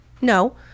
No